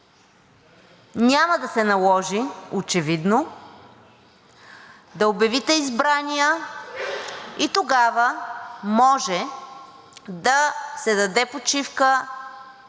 няма да се наложи очевидно, да обявите избрания и тогава може да се даде почивка